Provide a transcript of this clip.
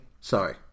Sorry